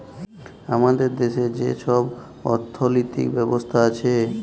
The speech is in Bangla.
আমাদের দ্যাশে যে ছব অথ্থলিতি ব্যবস্থা আছে